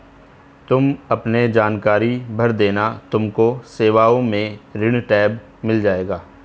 तुम अपने जानकारी भर देना तुमको सेवाओं में ऋण टैब मिल जाएगा